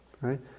right